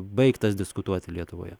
baigtas diskutuoti lietuvoje